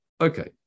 Okay